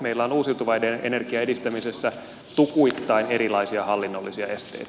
meillä on uusiutuvan energian edistämisessä tukuittain erilaisia hallinnollisia esteitä